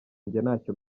ntacyo